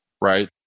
right